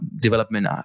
development